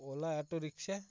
ola auto rickshaw